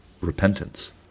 repentance